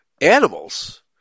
animals